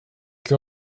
que